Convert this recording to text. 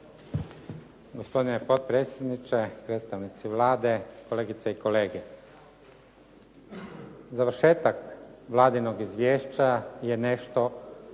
Gospodine potpredsjedniče, predstavnici Vlade, kolegice i kolege. Završetak Vladinog izvješća je nešto